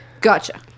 Gotcha